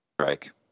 strike